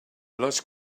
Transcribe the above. lost